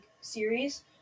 series